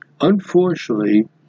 Unfortunately